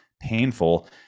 painful